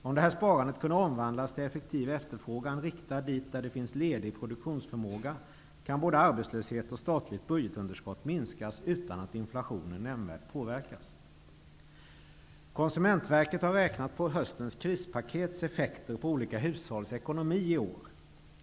Om detta sparande kan omvandlas till effektiv efterfrågan, riktad dit där det finns ledig produktionsförmåga, kan både arbetslöshet och statligt budgetunderskott minskas utan att inflationen nämnvärt påverkas. Konsumentverket har räknat på höstens krispakets effekter på olika hushålls ekonomi 1993.